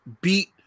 beat –